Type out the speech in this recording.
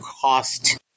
cost